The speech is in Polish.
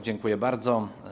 Dziękuję bardzo.